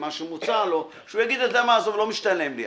ממה שמוצע לו שהוא יגיד לא משתלם לי.